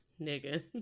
Nigga